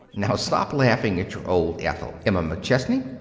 now, stop laughing at your old ethel, emma mcchesney!